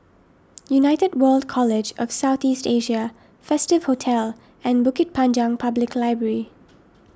United World College of South East Asia Festive Hotel and Bukit Panjang Public Library